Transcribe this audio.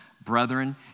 Brethren